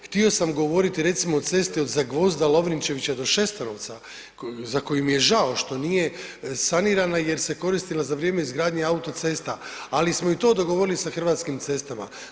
Htio sam govoriti recimo o cesti od Zagvozda Lovrinčevića do Šestanovca za koji mi je žao što nije sanirana jer se koristila za vrijeme izgradnje autocesta ali smo i to dogovorili sa Hrvatskim cestama.